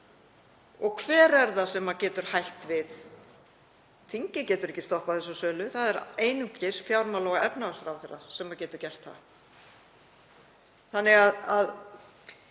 Og hver er það sem getur hætt við? Þingið getur ekki stoppað þessa sölu. Það er einungis fjármála- og efnahagsráðherra sem getur gert það. Þannig að